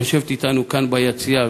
יושבת אתנו כאן ביציע,